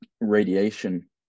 radiation